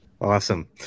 awesome